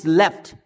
left